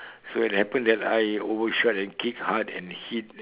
so it happen I overshot and kick hard and hit